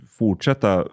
fortsätta